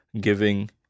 giving